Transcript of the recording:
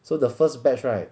so the first batch right